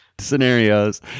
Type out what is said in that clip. scenarios